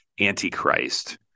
Antichrist